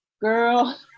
girl